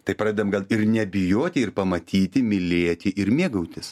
tai pradedam gal ir nebijoti ir pamatyti mylėti ir mėgautis